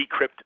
decrypt